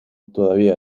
todavía